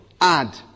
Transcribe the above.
add